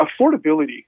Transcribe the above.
affordability